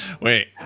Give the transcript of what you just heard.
Wait